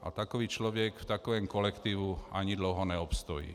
A takový člověk v takovém kolektivu ani dlouho neobstojí.